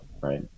right